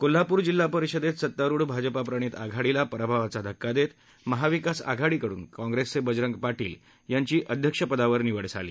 कोल्हापूर जिल्हा परिषदेत सत्तारुढ भाजपप्रणित आघाडीला पराभवाचा धक्का देत महाविकास आघाडीकडून कॉंप्रेसचे बजरंग पाटील यांची अध्यक्षपदी निवड झाली